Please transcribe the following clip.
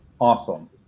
Awesome